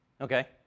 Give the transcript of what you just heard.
Okay